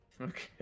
Okay